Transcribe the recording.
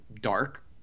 dark